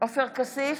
עופר כסיף,